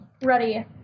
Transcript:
Ready